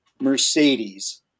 Mercedes